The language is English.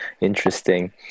Interesting